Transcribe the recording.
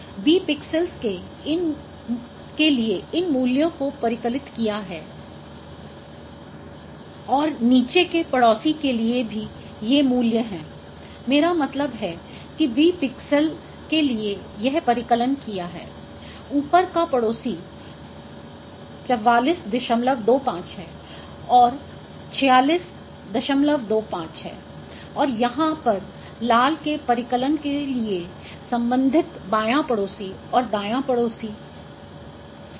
B pixels के लिए इन मूल्यों को परिकलित किया है और नीचे के पड़ोसी के लिए भी ये मूल्य हैं मेरा मतलब है कि B पिक्सेल के लिए यह परिकलन किया है ऊपर का पड़ोसी 4425 है और 4625 है और यहाँ पर लाल के परिकलन के लिए संबंधित बायाँ पड़ोसी और दांया पड़ोसी से लिया गया है